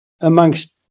amongst